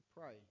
pray